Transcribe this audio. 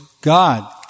God